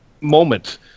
moment